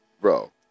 Bro